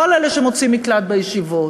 לא על אלה שמוצאים מקלט בישיבות.